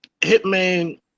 hitman